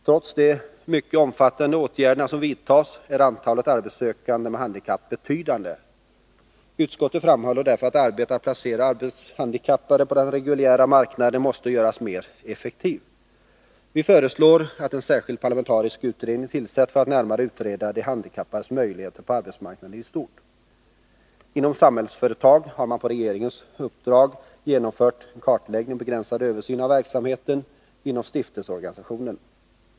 Trots de mycket omfattande åtgärder som vidtas, är antalet arbetssökande med handikapp betydande. Utskottet framhåller därför att arbetet med att placera arbetshandikappade på den reguljära arbetsmarknaden måste göras mer effektivt. Vi föreslår att en särskild parlamentarisk utredning tillsätts för att närmare utreda de handikappades möjligheter på arbetsmarknaden i stort. Inom Samhällsföretag har man, på regeringens uppdrag, genomfört en kartläggning och begränsad översyn av verksamheten inom stiftelseorganisationen.